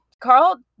Carl